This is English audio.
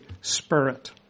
Spirit